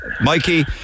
Mikey